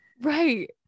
Right